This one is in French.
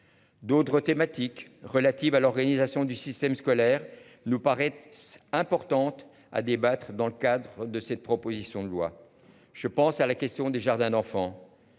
D'autres thématiques relatives à l'organisation du système scolaire nous paraît importante à débattre dans le cadre de cette proposition de loi. Je pense à la question des jardins d'enfants.